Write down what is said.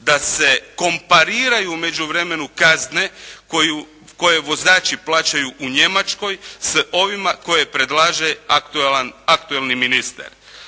da se kompariraju u međuvremenu kazne koje vozači plaćaju u Njemačkoj s ovima koje predlaže aktualni ministar.